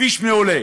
כביש מעולה.